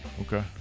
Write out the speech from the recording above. Okay